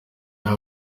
iyo